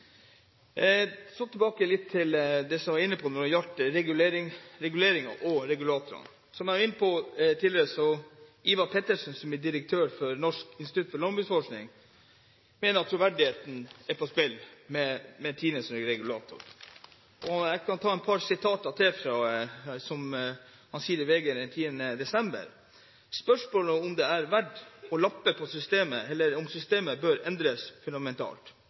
Så litt tilbake til det jeg var inne på når det gjaldt reguleringer og regulatorene. Som jeg var inne på tidligere, mener Ivar Pettersen, som er direktør i Norsk institutt for landbruksøkonomisk forskning, at troverdigheten er på spill med Tine som regulator. Jeg kan ta et par sitater. Han sier i VG den 10. desember: «Spørsmålet er om det er verdt å lappe på systemet, eller om systemet bør endres fundamentalt.»